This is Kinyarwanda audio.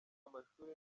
amashuri